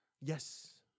Yes